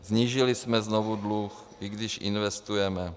Snížili jsme znovu dluh, i když investujeme.